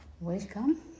welcome